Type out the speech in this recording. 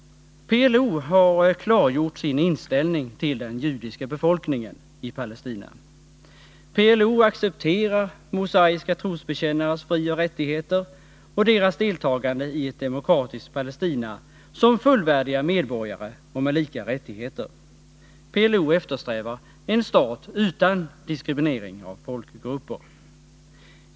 PLO har klargjort sin inställning till den judiska befolkningen i Palestina. PLO accepterar mosaiska trosbekännares frioch rättigheter och deras deltagande i ett demokratiskt Palestina som fullvärdiga medborgare och med lika rättigheter. PLO eftersträvar en stat utan diskriminering av folkgrupper.